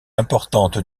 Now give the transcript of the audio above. importante